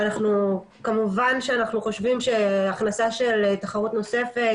כמובן שאנחנו חושבים שהכנסה של תחרות נוספת